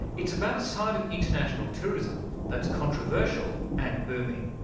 its about a side of international tourism that's controversial and booming.